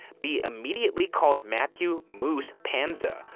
bee immediately called mathew moose pandza,